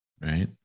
right